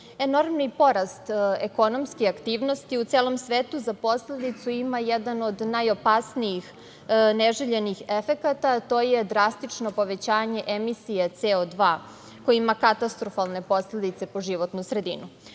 Enormni porast ekonomske aktivnosti u celom svetu za posledicu ima jedan od najopasnijih neželjenih efekata, a to je drastično povećanje emisije CO2, koji ima katastrofalne posledice po životnu sredinu. Prema